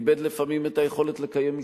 איבד לפעמים את היכולת לקיים משפחה,